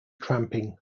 tramping